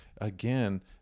again